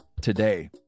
today